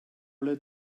alle